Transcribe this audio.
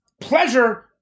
pleasure